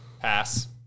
Pass